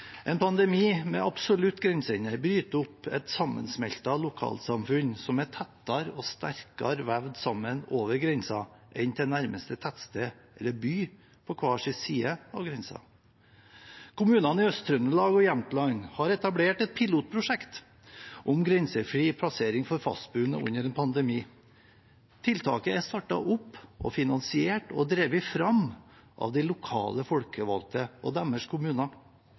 En pandemi med absolutt grensehinder bryter opp et sammensmeltet lokalsamfunn som er tettere og sterkere vevd sammen over grensen enn med nærmeste tettsted eller by på hver sin side av grensen. Kommunene i Øst-Trøndelag og Jämtland har etablert et pilotprosjekt om grensefri passering for fastboende under en pandemi. Tiltaket er startet opp, finansiert og drevet fram av de lokalt folkevalgte og deres kommuner.